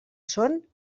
són